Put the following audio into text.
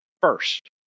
first